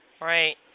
Right